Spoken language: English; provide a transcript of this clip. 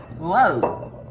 whoa.